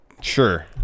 sure